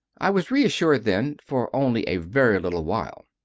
i was reassured, then, for only a very little while.